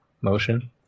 motion